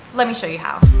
let me show you how